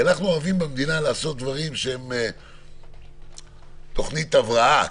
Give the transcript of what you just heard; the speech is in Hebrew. אנחנו אוהבים במדינה לעשות דברים שהם תוכנית הבראה,